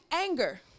anger